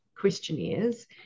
questionnaires